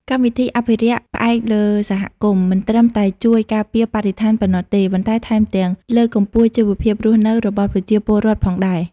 កម្មវិធីអភិរក្សផ្អែកលើសហគមន៍ មិនត្រឹមតែជួយការពារបរិស្ថានប៉ុណ្ណោះទេ ប៉ុន្តែថែមទាំងលើកកម្ពស់ជីវភាពរស់នៅរបស់ប្រជាពលរដ្ឋផងដែរ។